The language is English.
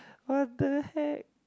what the heck